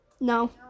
No